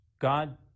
God